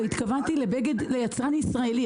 התכוונתי ליצרן ישראלי,